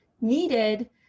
needed